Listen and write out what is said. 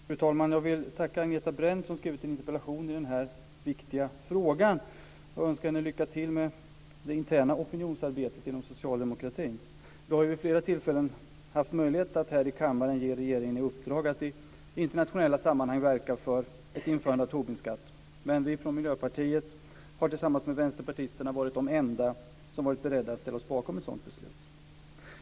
Fru talman! Jag vill tacka Agneta Brendt som har skrivit en interpellation i denna viktiga fråga och önska henne lycka till med det interna opinionsarbetet inom socialdemokratin. Vi har ju vid flera tillfällen haft möjlighet att här i kammaren ge regeringen i uppdrag att i internationella sammanhang verka för ett införande av Tobinskatt. Men vi från Miljöpartiet har tillsammans med vänsterpartisterna varit de enda som har varit beredda att ställa oss bakom ett sådant beslut.